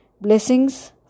blessings